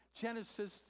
Genesis